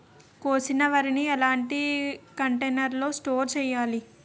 కోసిన వరిని ఎలాంటి కంటైనర్ లో స్టోర్ చెయ్యాలి?